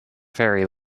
ferry